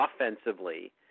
offensively